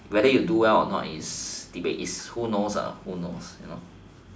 whether you do well or not is debate who knows who knows